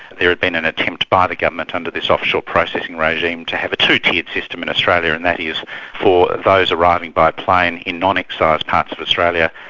there had been an attempt by the government under this offshore processing regime, to have a two-tiered system in australia, and that is for those arriving by plane in non-excised parts of australia,